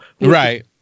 Right